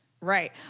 Right